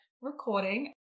recording